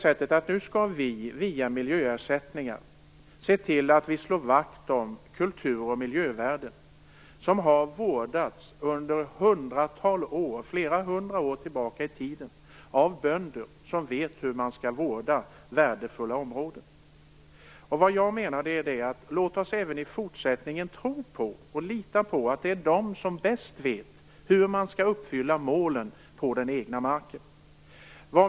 Via miljöersättningen skall vi alltså slå vakt om kultur och miljövärden som i flera hundra år har vårdats av bönder som vet hur värdefulla områden skall vårdas. Låt oss även i fortsättningen tro på och lita på att de bäst vet hur målen skall uppfyllas när det gäller den egna marken.